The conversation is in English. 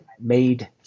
made